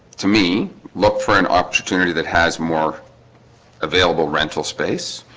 to me look for an opportunity that has more available rental space